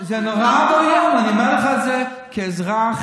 אני לא יודע,